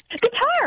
guitar